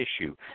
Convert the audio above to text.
issue